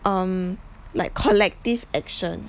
um like collective action